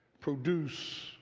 produce